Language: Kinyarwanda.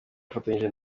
afatanyije